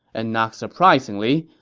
and not surprisingly,